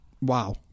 Wow